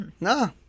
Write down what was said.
No